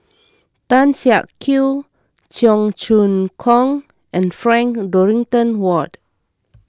Tan Siak Kew Cheong Choong Kong and Frank Dorrington Ward